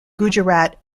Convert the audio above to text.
gujarat